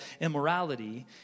immorality